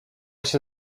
się